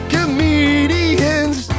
Comedians